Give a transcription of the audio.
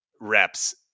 reps